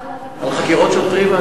על חקירות שוטרים?